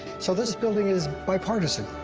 so this building is bipartisan.